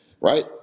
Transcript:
right